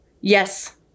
yes